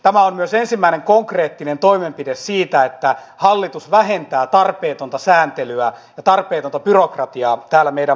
tämä on myös ensimmäinen konkreettinen toimenpide siinä että hallitus vähentää tarpeetonta sääntelyä ja tarpeetonta byrokratiaa täällä meidän maassamme